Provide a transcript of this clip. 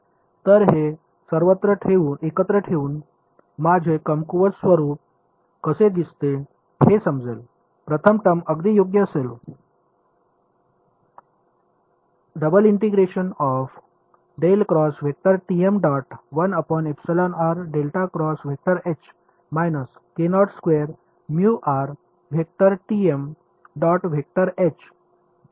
तर हे सर्व एकत्र ठेवून माझे कमकुवत स्वरूप कसे दिसते हे समजेल प्रथम टर्म अगदी योग्य असेल